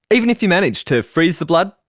even if you manage to freeze the blood,